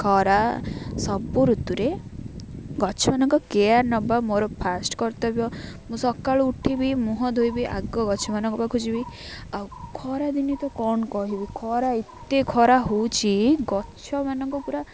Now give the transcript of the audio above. ଖରା ସବୁ ଋତୁରେ ଗଛମାନଙ୍କ କେୟାର୍ ନେବା ମୋର ଫାଷ୍ଟ କର୍ତ୍ତବ୍ୟ ମୁଁ ସକାଳୁ ଉଠିବି ମୁହଁ ଧୋଇବି ଆଗ ଗଛମାନଙ୍କ ପାଖକୁ ଯିବି ଆଉ ଖରାଦିନ ତ କ'ଣ କହିବି ଖରା ଏତେ ଖରା ହେଉଛି ଗଛମାନଙ୍କୁ ପୁରା